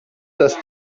dass